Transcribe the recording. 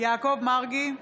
יעקב מרגי,